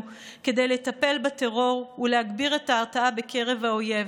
כדי לטפל בטרור ולהגביר את ההרתעה בקרב האויב.